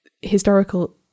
historical